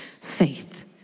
faith